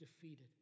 defeated